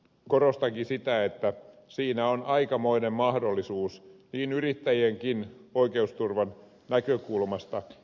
korostankin sitä että siinä on aikamoinen mahdollisuus yrittäjienkin oikeusturvan näkökulmasta